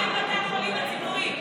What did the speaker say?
מה עם בתי החולים הציבוריים?